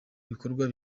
gikorwa